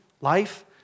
life